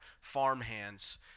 farmhands